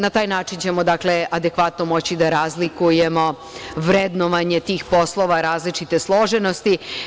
Na taj način ćemo adekvatno moći da razlikujemo vrednovanje tih poslova različite složenosti.